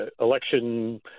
election